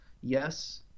Yes